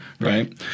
Right